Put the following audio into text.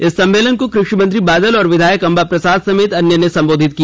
इस सम्मेलन को कृषिमंत्री बादल और विधायक अंबा प्रसाद समेत अन्य ने संबोधित किया